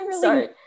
Sorry